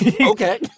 okay